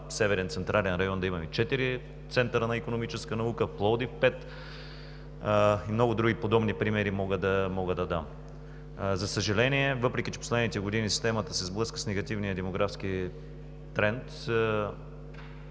Северен централен район да имаме четири центъра на икономическа наука, в Пловдив – пет. Много други примери мога да дам. За съжаление, въпреки че последните години системата се сблъска с негативния демографски тренд,